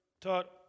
taught